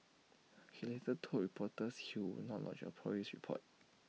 he later told reporters he would not lodge A Police report